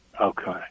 Okay